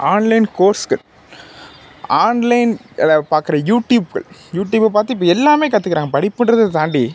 online கோர்ஸ்கள் online எல்லா பார்க்குற யூடிப்கள் யூடிப்பை பார்த்து இப்போ எல்லாமே கற்றுக்குறாங்க படிப்புன்றது தாண்டி